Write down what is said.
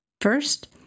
First